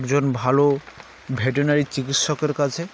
একজন ভালো ভেটেরেনারি চিকিৎসকের কাছে